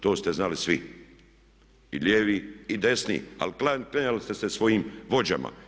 To ste znali svi i lijevi i desni, ali klanjali ste se svojim vođama.